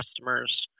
customers